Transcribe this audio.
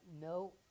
no